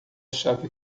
chave